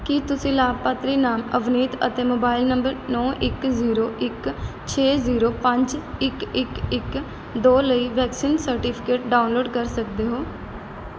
ਕੀ ਤੁਸੀਂ ਲਾਭਪਾਤਰੀ ਨਾਮ ਅਵਨੀਤ ਅਤੇ ਮੋਬਾਇਲ ਨੰਬਰ ਨੌਂ ਇੱਕ ਜ਼ੀਰੋ ਇੱਕ ਛੇ ਜ਼ੀਰੋ ਪੰਜ ਇੱਕ ਇੱਕ ਇੱਕ ਦੋ ਲਈ ਵੈਕਸੀਨ ਸਰਟੀਫਿਕੇਟ ਡਾਊਨਲੋਡ ਕਰ ਸਕਦੇ ਹੋ